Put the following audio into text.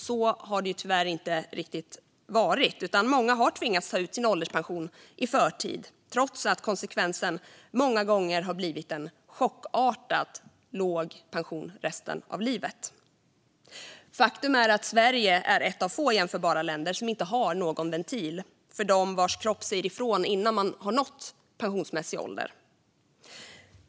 Så har det tyvärr inte riktigt varit, utan många har tvingats ta ut sin ålderspension i förtid, trots att konsekvensen många gånger har blivit en chockartat låg pension resten av livet. Faktum är att Sverige är ett av få jämförbara länder som inte har någon ventil för dem vars kropp säger ifrån innan de har nått pensionsmässig ålder.